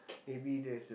maybe there's a